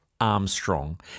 Armstrong